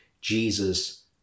Jesus